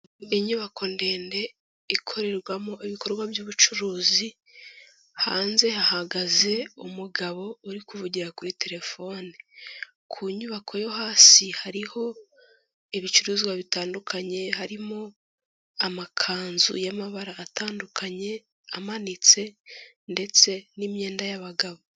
Inyubako ndende ikorerwamo ibikorwa by'ubucuruzi, hanze hahagaze umugabo uri kuvugira kuri terefoni. Ku nyubako yo hasi hariho ibicuruzwa bitandukanye, harimo amakanzu y'amabara atandukanye amanitse ndetse n'imyenda y'abagabo.